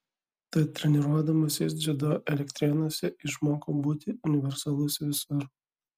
tad treniruodamasis dziudo elektrėnuose išmokau būti universalus visur